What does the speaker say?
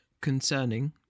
concerning